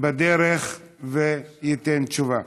בדרך וייתן תשובה.